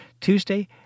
Tuesday